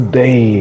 day